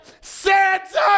Santa